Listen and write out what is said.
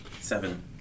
Seven